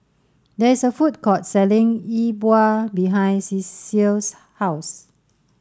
there is a food court selling E Bua behind Ceil's house